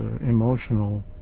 emotional